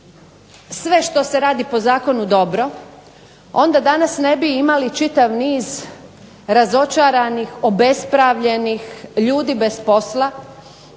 sve što se radi po zakonu dobro, onda danas ne bi imali čitav niz razočaranih, obespravljenih ljudi bez posla,